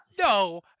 No